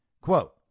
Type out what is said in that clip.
quote